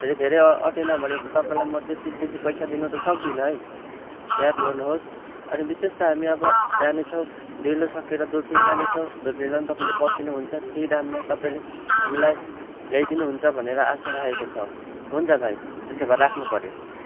फेरि धेरै अटेन भने त तपाईँलाई म त्यति बेसी पैसा दिन त सक्दिन है याद गर्नुहोस् अनि विशेष त हामी अब जानेछौँ डेलो सकेर दुर्बिन जानेछौँ दुर्बिनमा नि तपाईँले पर्खिनु हुन्छ त्यही दाममा तपाईँले हामीलाई ल्याइदिनुहुन्छ भनेर आशा राखेको छ हुन्छ भाइ त्यसो भए राख्नुपऱ्यो